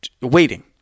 waiting